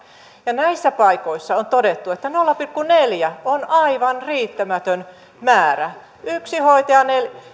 näissä paikoissa on todettu että nolla pilkku neljä on aivan riittämätön määrä yksi hoitaja